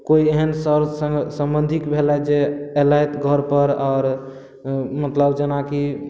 कोइ एहन सर सम्बन्धिक भेलथि जे एलथि घर पर आओर मतलब जेनाकि